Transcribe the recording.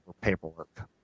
paperwork